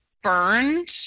burned